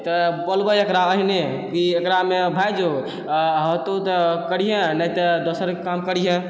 तऽ बोलबै ओकरा ओहने कि एकरामे भऽ जो हेतौ तऽ करिहेँ नहि तऽ दोसर काम करिहेँ